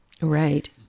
Right